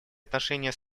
отношения